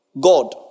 God